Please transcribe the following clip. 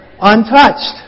untouched